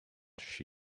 she